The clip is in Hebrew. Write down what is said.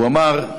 הוא אמר: